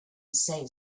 save